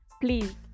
please